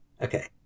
okay